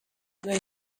duen